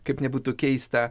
kaip nebūtų keista